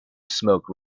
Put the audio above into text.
smoke